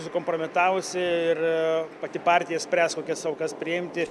susikompromitavusi ir pati partija spręs kokias aukas priimti